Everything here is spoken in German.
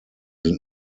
sind